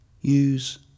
use